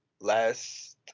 last